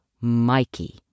Mikey